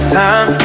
time